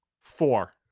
Four